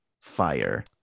fire